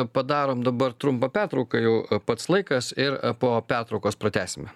padarom dabar trumpą pertrauką jau pats laikas ir po pertraukos pratęsime